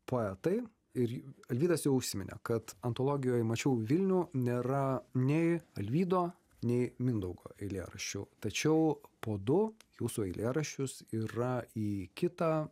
poetai ir alvydas jau užsiminė kad antologijoj mačiau vilnių nėra nei alvydo nei mindaugo eilėraščių tačiau po du jūsų eilėraščius yra į kitą